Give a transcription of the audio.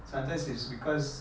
sometimes it's because